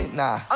nah